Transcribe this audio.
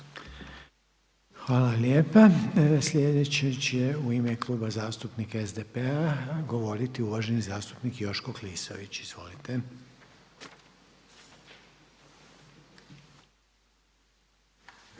Hvala lijepa. Sljedeće će u ime Kuba zastupnika SDP-a govoriti uvaženi zastupnik Joško Klisović. Izvolite.